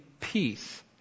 peace